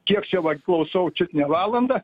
kiek čia vat klausau čiut ne valandą